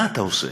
מה אתה עושה?